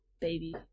baby